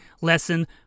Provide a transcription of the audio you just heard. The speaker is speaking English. lesson